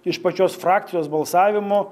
iš pačios frakcijos balsavimo